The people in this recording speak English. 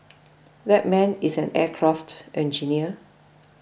that man is an aircraft engineer